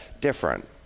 different